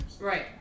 Right